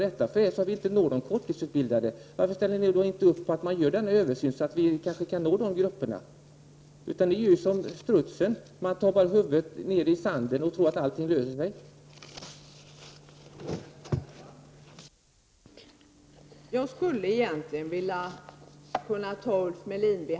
Når vi inte de korttidsutbildade frågar, man sig varför ni inte ställer upp på en översyn, så att vi kan nå dessa, Ni gör ju som strutsen: Ni sticker huvudet i sanden i tron att allt ordnar sig på det sättet.